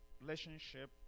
relationship